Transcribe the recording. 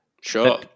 sure